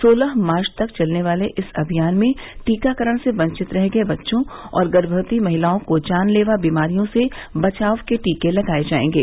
सोलह मार्च तक चलने वाले इस अभियान में टीकाकरण से वंचित रह गए बच्चों और गर्मवती महिलाओं को जानलेवा बीमारियों से बचाव के टीके लगाए जाएंगे